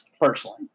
personally